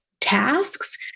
tasks